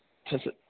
आच्छा सा